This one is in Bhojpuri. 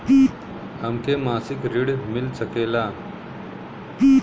हमके मासिक ऋण मिल सकेला?